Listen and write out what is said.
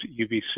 UVC